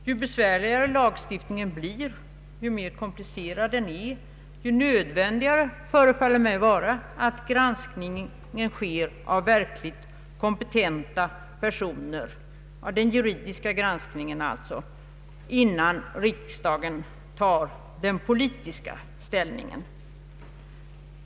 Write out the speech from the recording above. Ju mer komplicerad lagstiftningen blir, desto mer nödvändigt förefaller det mig vara att granskningen görs av juridiskt kompetenta personer innan riksdagen tar politisk ställning.